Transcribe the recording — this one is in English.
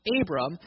Abram